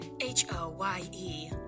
H-O-Y-E